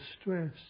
stress